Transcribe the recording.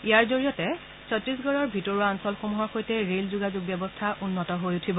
ইয়াৰ জৰিয়তে ছত্তিশগড়ৰ ভিতৰুৱা অঞ্চলসমূহৰ সৈতে ৰেল যোগাযোগ ব্যৱস্থা উন্নত হৈ উঠিব